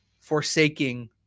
forsaking